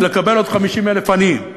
לקבל עוד 50,000 עניים.